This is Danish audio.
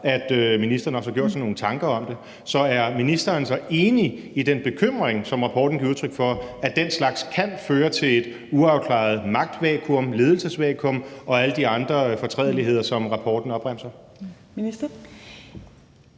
at ministeren også har gjort sig nogle tanker om det. Så er ministeren enig i den bekymring, som rapporten giver udtryk for, nemlig at den slags kan føre til et uafklaret magtvakuum, et ledelsesvakuum og alle de andre fortrædeligheder, som rapporten opremser?